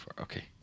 okay